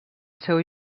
seu